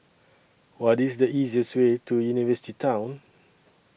What IS The easiest Way to University Town